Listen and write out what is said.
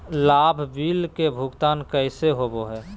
लाभ बिल के भुगतान कैसे होबो हैं?